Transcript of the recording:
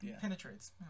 penetrates